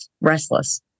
restless